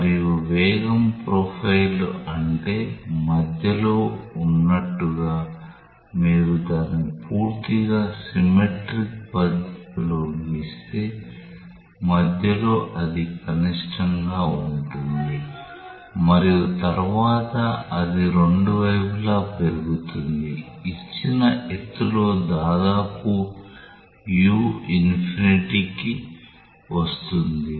మరియు వేగం ప్రొఫైల్ అంటే మధ్యలో ఉన్నట్లుగా మీరు దానిని పూర్తిగా సిమ్మెట్రీక్ పద్ధతిలో గీస్తే మధ్యలో అది కనిష్టంగా ఉంటుంది మరియు తరువాత అది రెండు వైపులా పెరుగుతుంది ఇచ్చిన ఎత్తులో దాదాపు u ఇన్ఫినిటీ కి వస్తుంది